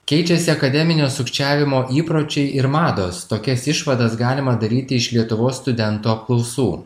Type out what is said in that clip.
keičiasi akademinio sukčiavimo įpročiai ir mados tokias išvadas galima daryti iš lietuvos studento apklausų